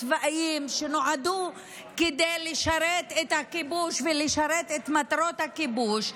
צבאיים שנועדו לשרת את הכיבוש ואת מטרות הכיבוש,